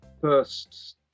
first